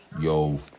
Yo